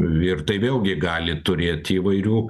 ir tai vėlgi gali turėti įvairių